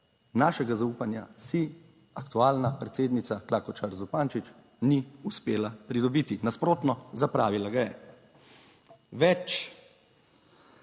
našega zaupanja si aktualna predsednica Klakočar Zupančič ni uspela pridobiti, nasprotno, zapravila ga je. Več